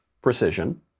precision